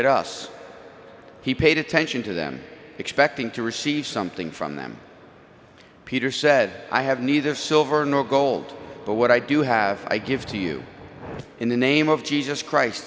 at us he paid attention to them expecting to receive something from them peter said i have neither silver nor gold but what i do have i give to you in the name of jesus christ